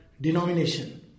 denomination